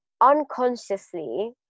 unconsciously